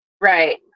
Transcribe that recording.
Right